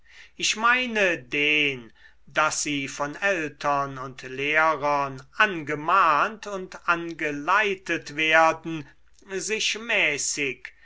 ich meine den daß sie von eltern und lehrern angemahnt und angeleitet werden sich mäßig